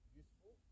useful